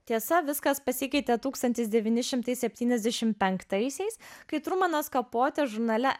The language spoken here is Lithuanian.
tiesa viskas pasikeitė tūkstantis devyni šimtai septyniasdešim penktaisiais kai trumanas kapote žurnale